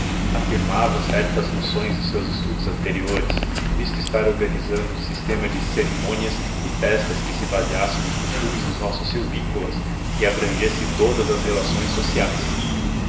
afirmava certas noções dos seus estudos anteriores visto estar organizando um sistema de cerimônias e festas que se baseasse nos costumes dos nossos silvícolas e abrangesse todas as relações sociais